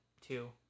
two